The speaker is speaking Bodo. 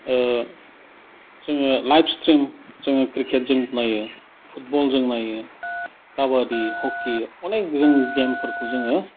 जोङो लाइभ स्ट्रिम जोङो क्रिकेट जों नायो फुटबल जों नायो खाबादि हकि अनेक जों गेमफोरखौ जोङो